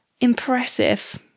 Impressive